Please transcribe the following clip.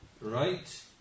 right